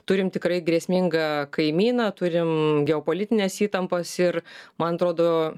turim tikrai grėsmingą kaimyną turim geopolitines įtampas ir man atrodo